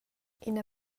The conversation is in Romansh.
ina